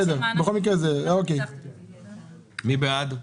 מי בעד?